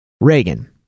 Reagan